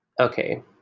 Okay